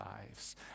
lives